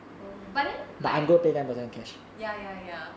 oh but then like ya ya ya